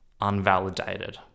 unvalidated